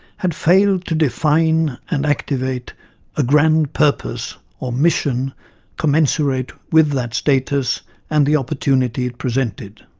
had failed to define and activate a grand purpose or mission commensurate with that status and the opportunity it presented.